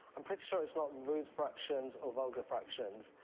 i'm pretty sure it's not rude fractions or vulgar fractions.